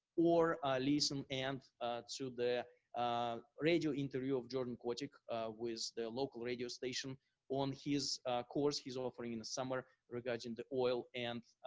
or listen and to the radio interview of jordan kotick with the local radio station on his course he's offering in the summer regarding the oil and